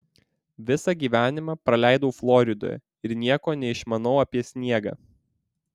visą gyvenimą praleidau floridoje ir nieko neišmanau apie sniegą